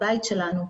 הבית שלנו,